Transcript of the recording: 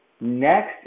Next